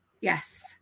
Yes